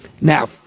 now